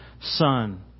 son